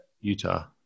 Utah